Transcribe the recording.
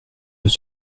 peut